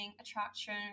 attraction